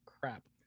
crap